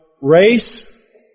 race